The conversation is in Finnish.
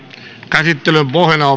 käsittelyyn